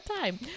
time